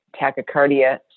tachycardia